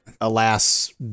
Alas